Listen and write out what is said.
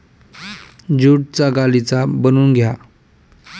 ज्यूटचा गालिचा बनवून घ्या